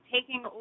taking